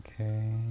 okay